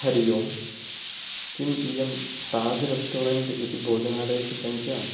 हरि ओम् किम् इयं ताज् रेस्टोरेण्ट् इति भोजनालयस्य संख्या